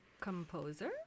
composer